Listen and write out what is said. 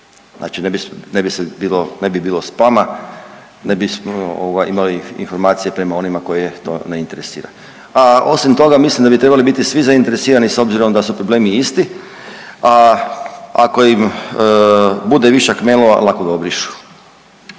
se, ne bi bilo spama, ne bi ovaj imali informacije prema onima koje to ne interesira. A osim toga mislim da bi trebali biti svi zainteresirani s obzirom da su problemi isti, a ako im bude višak mailova lako ga obrišu.